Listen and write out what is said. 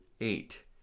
Eight